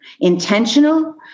intentional